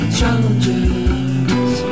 Challenges